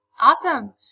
Awesome